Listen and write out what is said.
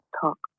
talk